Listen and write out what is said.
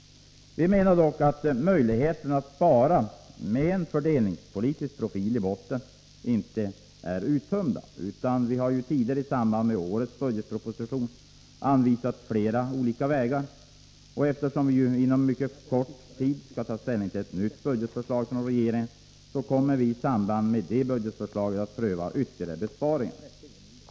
Vi menar dock att möjligheterna att spara, med en fördelningspolitisk profil i botten, inte är uttömda. Vi har ju tidigare i samband med årets budgetproposition anvisat flera olika vägar. Eftersom vi inom mycket kort tid skall ta ställning till ett nytt budgetförslag från regeringen, kommer vi i samband med detta att pröva ytterligare besparingar.